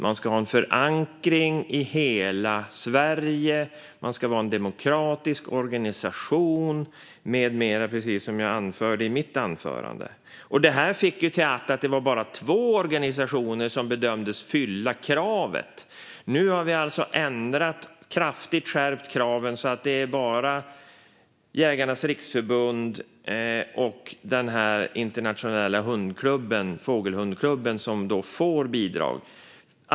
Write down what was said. Man ska ha en förankring i hela Sverige, man ska vara en demokratisk organisation och så vidare, precis som jag sa i mitt anförande. Detta fick till följd att det bara var två organisationer som bedömdes uppfylla kraven. Nu har vi alltså kraftigt skärpt kraven så att det bara är Jägarnas Riksförbund och en internationell fågelhundklubb som får bidrag.